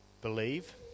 Believe